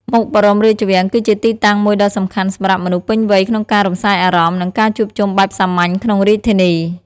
មុខបរមរាជវាំង គឺជាទីតាំងមួយដ៏សំខាន់សម្រាប់មនុស្សពេញវ័យក្នុងការរំសាយអារម្មណ៍ និងការជួបជុំបែបសាមញ្ញក្នុងរាជធានី។